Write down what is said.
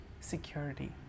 Security